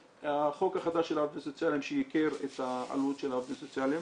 החוק החדש של העובדים הסוציאליים שייקר את העלות של העובדים הסוציאליים.